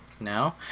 now